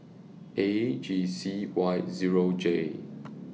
A G C Y Zero J